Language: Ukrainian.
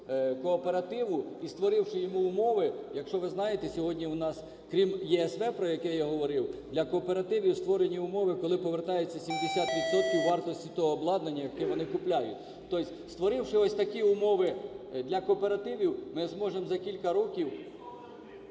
кооперативу, і створивши йому умови, якщо ви знаєте, сьогодні у нас крім ЄСВ, про яке я говорив, для кооперативів створені умови, коли повертаються 70 відсотків вартості того обладнання, яке вони купляють. То есть, створивши ось такі умови для кооперативів, ми зможемо за кілька років…